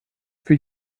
für